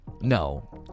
No